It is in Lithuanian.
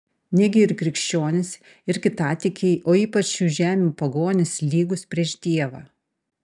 negi ir krikščionys ir kitatikiai o ypač šių žemių pagonys lygūs prieš dievą